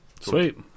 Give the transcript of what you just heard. Sweet